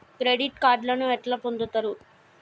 Credit కార్డులను ఎట్లా పొందుతరు?